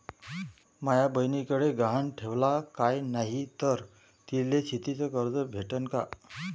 माया बयनीकडे गहान ठेवाला काय नाही तर तिले शेतीच कर्ज भेटन का?